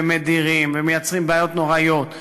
מדירים ומייצרים בעיות נוראיות,